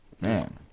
Man